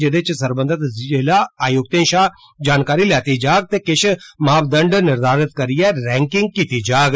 जेह्दे च सरबंघत ज़िला आयुक्त शां जानकारी लैती जाग ते किश मापदंड गी निर्घारत करियै रैनकिंग कीती जाग